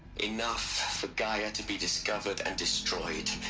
enough for gaia and to be discovered and destroyed.